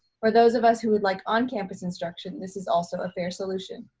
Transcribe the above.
for those of us who would like on campus instruction, this is also a fair solution.